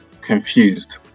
confused